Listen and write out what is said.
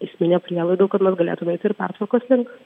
esminių prielaidų kad mes galėtume eiti ir pertvarkos link